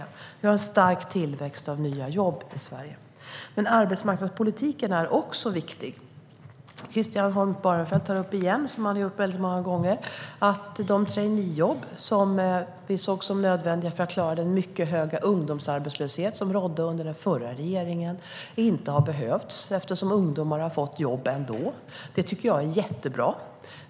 Vi har en stark tillväxt av nya jobb i Sverige. Arbetsmarknadspolitiken är också viktig. Christian Holm Barenfeld tar återigen upp traineejobben, vilket han har gjort många gånger förut. De traineejobb som vi såg som nödvändiga för att klara den mycket höga ungdomsarbetslöshet som rådde under den förra regeringen har inte behövts, eftersom ungdomar har fått jobb ändå. Det tycker jag är jättebra.